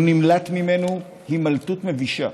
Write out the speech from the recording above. הוא נמלט ממנו הימלטות מבישה,